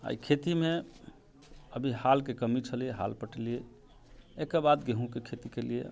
आइ खेतीमे अभी हालके कमी छेलै हाल पटेलिये एहिके बाद गेहूँके खेती केलिये